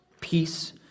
peace